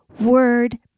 word